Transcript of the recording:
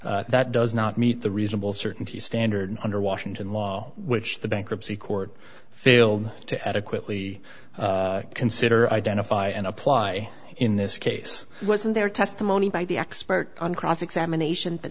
that does not meet the reasonable certainty standard under washington law which the bankruptcy court failed to adequately consider identify and apply in this case wasn't there testimony by the expert on cross examination that